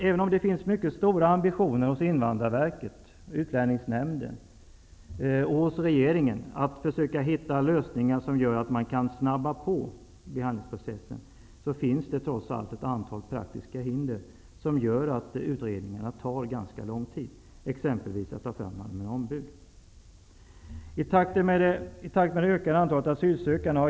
Även om det finns mycket stora ambitioner hos Invandrarverket, hos Utlänningsnämnden och hos regeringen att försöka hitta lösningar som gör att man kan snabba på behandlingsprocessen, finns det trots allt ett antal praktiska hinder som gör att utredningarna tar ganska lång tid, exempelvis att ta fram allmänna ombud.